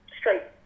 straight